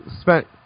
spent